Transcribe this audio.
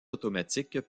automatiques